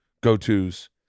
go-tos